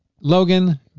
Logan